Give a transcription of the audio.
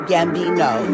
Gambino